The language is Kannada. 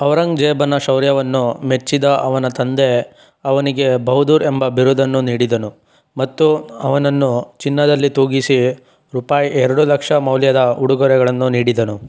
ಔರಂಗ್ಜೇಬನ ಶೌರ್ಯವನ್ನು ಮೆಚ್ಚಿದ ಅವನ ತಂದೆ ಅವನಿಗೆ ಬಹುದ್ದೂರ್ ಎಂಬ ಬಿರುದನ್ನು ನೀಡಿದನು ಮತ್ತು ಅವನನ್ನು ಚಿನ್ನದಲ್ಲಿ ತೂಗಿಸಿ ರೂಪಾಯಿ ಎರಡು ಲಕ್ಷ ಮೌಲ್ಯದ ಉಡುಗೊರೆಗಳನ್ನು ನೀಡಿದನು